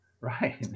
Right